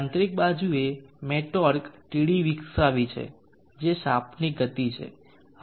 યાંત્રિક બાજુએ મેં ટોર્ક Td વિકસાવી છે જે શાફ્ટની ગતિ છે